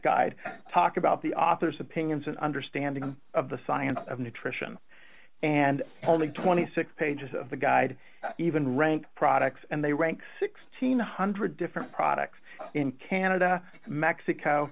guide talk about the author's opinions an understanding of the science of nutrition and only twenty six pages of the guide even rank products and they rank one thousand six hundred different products in canada mexico